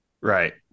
right